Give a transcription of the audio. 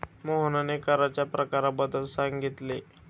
मोहनने कराच्या प्रकारांबद्दल सांगितले